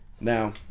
Now